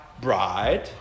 bride